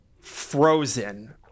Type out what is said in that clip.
frozen